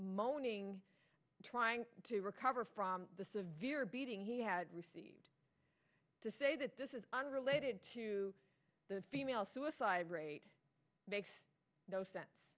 moaning trying to recover from the severe beating he had received to say that this is unrelated to the female suicide rate makes no sense